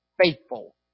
faithful